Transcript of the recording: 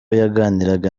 yaganiraga